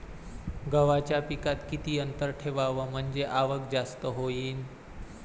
गव्हाच्या पिकात किती अंतर ठेवाव म्हनजे आवक जास्त होईन?